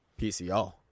pcl